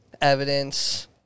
evidence